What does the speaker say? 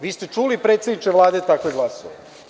Vi ste čuli, predsedniče Vlade, takve glasove.